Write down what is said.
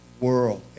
world